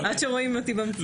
עד שרואים אותי במציאות.